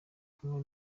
kumwe